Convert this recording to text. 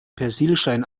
persilschein